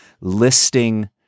listing